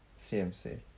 CMC